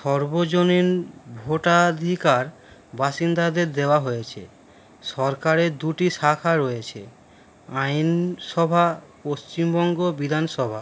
সর্বজনীন ভোটাধিকার বাসিন্দাদের দেওয়া হয়েছে সরকারের দুটি শাখা রয়েছে আইনসভা পশ্চিমবঙ্গ বিধানসভা